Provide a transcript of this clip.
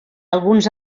alguns